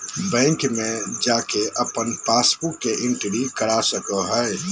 bank में जाके अपन पासबुक के एंट्री करा सको हइ